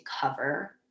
cover